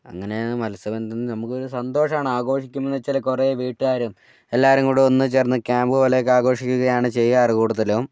അങ്ങനെ മത്സ്യബന്ധനം നമുക്കൊരു സന്തോഷമാണ് ആഘോഷിക്കുമ്പോൾ എന്ന് വെച്ചാൽ കുറേ വീട്ടുകാരും എല്ലാവരും കൂടി ഒന്നുചേർന്ന് ക്യാമ്പ് പോലെയൊക്കെ ആഘോഷിക്കുകയാണ് ചെയ്യാറ് കൂടുതലും